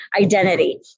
identity